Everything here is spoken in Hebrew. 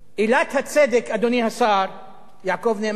אדוני השר יעקב נאמן,